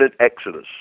Exodus